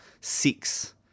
six